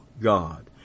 God